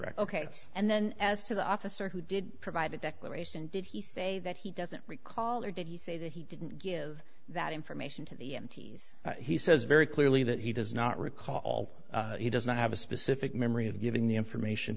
wreck ok and then as to the officer who did provide a declaration did he say that he doesn't recall or did he say that he didn't give that information to the mts he says very clearly that he does not recall he doesn't have a specific memory of giving the information